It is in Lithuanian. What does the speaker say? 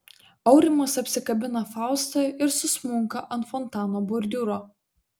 aurimas apsikabina faustą ir susmunka ant fontano bordiūro